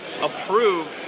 approved